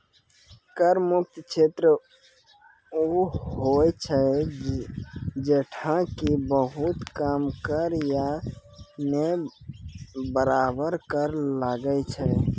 कर मुक्त क्षेत्र उ होय छै जैठां कि बहुत कम कर या नै बराबर कर लागै छै